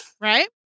Right